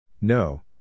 No